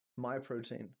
MyProtein